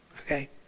Okay